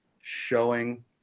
showing